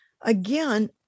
again